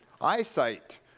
eyesight